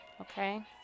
okay